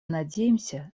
надеемся